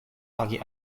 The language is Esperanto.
agi